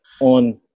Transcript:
on